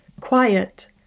quiet